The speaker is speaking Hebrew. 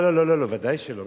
לא לא לא, ודאי שלא.